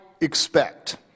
expect